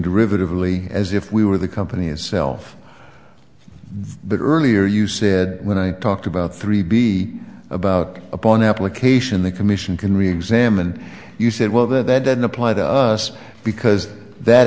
derivative really as if we were the company itself the earlier you said when i talked about three be about upon application the commission can really examined you said well that doesn't apply to us because that